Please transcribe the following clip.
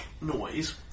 noise